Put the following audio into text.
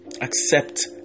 accept